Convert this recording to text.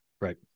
right